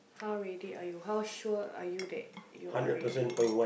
how ready are you how sure are you that you are ready